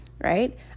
right